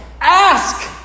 Ask